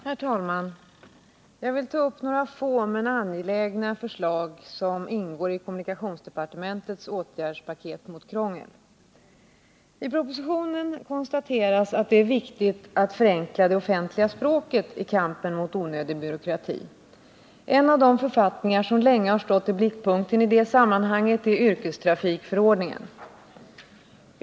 Herr talman! Jag vill ta upp några få men angelägna förslag som ingår i kommunikationsdepartementets åtgärdspaket mot krångel. I propositionen konstateras att det i kampen mot onödig byråkrati är viktigt att förenkla det offentliga språket. En av de författningar som länge har stått i blickpunkten i det sammanhanget är yrkestrafikförordningen.